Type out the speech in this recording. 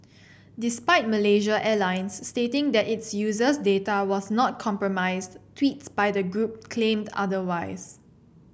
despite Malaysia Airlines stating that its users data was not compromised tweets by the group claimed otherwise